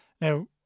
Now